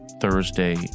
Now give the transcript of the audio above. Thursday